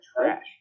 trash